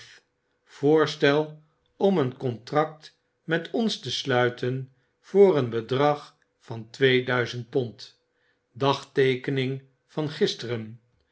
voorstel om een contract met ons te sluiten voor een bedrag van tweeduizend pond dagteekening van gisteren